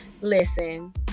Listen